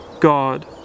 God